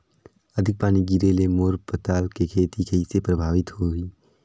अधिक पानी गिरे ले मोर पताल के खेती कइसे प्रभावित होही?